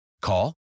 Call